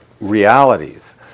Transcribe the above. realities